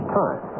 time